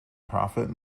profit